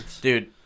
dude